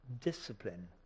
discipline